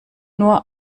nur